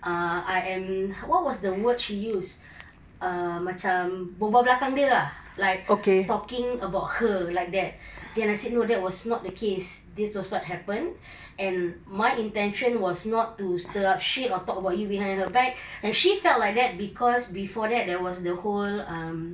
ah I am what was the word she used um macam berbual belakang dia ah like talking about her like that then I said no that was not the case this was what happened and my intention was not to stir up shit or talk about you behind her back and she felt like that cause before that there was the whole um